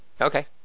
Okay